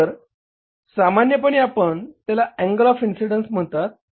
तर सामान्यपणे आपण त्याला अँगल ऑफ इन्सिडेंन्स म्हणतात